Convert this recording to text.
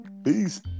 Peace